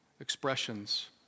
expressions